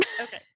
Okay